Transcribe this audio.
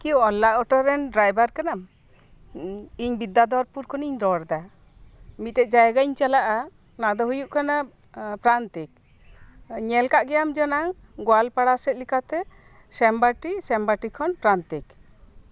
ᱟᱢᱠᱤ ᱳᱞᱟ ᱚᱴᱳ ᱨᱮᱱ ᱰᱨᱟᱭᱵᱷᱟᱨ ᱠᱟᱱᱟᱢ ᱤᱧ ᱵᱤᱫᱽᱫᱟᱫᱷᱚᱨᱯᱩᱨ ᱠᱷᱚᱱᱤᱧ ᱨᱚᱲᱫᱟ ᱢᱤᱫᱴᱮᱱ ᱡᱟᱭᱜᱟᱧ ᱪᱟᱞᱟᱜᱼᱟ ᱚᱱᱟ ᱫᱚ ᱦᱩᱭᱩᱜ ᱠᱟᱱᱟ ᱯᱨᱟᱱᱛᱤᱠ ᱧᱮᱞ ᱟᱠᱟᱫ ᱜᱮᱭᱟᱢ ᱡᱟᱱᱤᱪ ᱜᱳᱭᱟᱞᱯᱟᱲᱟ ᱥᱮᱫ ᱞᱮᱠᱟᱛᱮ ᱥᱮᱢ ᱵᱟᱴᱤ ᱥᱮᱢ ᱵᱟᱴᱤ ᱠᱷᱚᱱ ᱯᱨᱟᱱᱛᱤᱠ